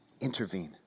intervene